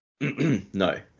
No